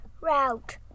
route